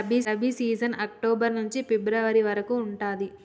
rabi season October నుంచి February వరకు ఉంటది